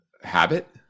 habit